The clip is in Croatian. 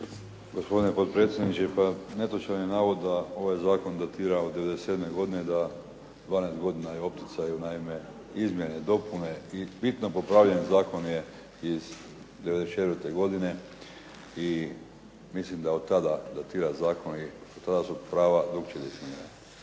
Gospodine potpredsjedniče, pa netočan je navod da ovaj zakon datira od '97. godine, da 12 godina je u opticaju. Naime, izmjene i dopune i bitno popravljen zakon je iz '94. godine i mislim da otada datira zakon i tada su prava drukčije definirana.